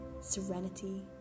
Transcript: serenity